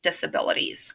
disabilities